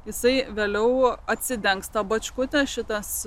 jisai vėliau atsidengs tą bačkutę šitas